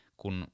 kun